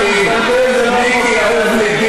תן לו, תן לו להתבלבל.